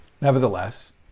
Nevertheless